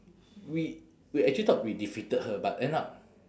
we we actually thought we defeated her but end up